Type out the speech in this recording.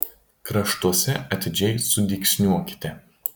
kraštuose atidžiai sudygsniuokite